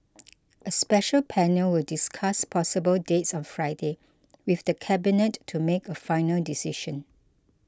a special panel will discuss possible dates on Friday with the Cabinet to make a final decision